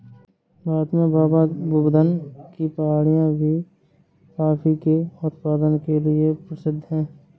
भारत में बाबाबुदन की पहाड़ियां भी कॉफी के उत्पादन के लिए प्रसिद्ध है